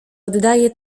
oddaje